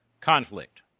conflict